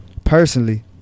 Personally